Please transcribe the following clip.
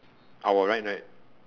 our right right